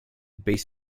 base